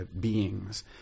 beings